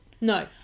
No